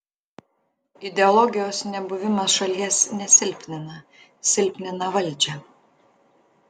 ideologijos nebuvimas šalies nesilpnina silpnina valdžią